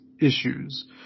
issues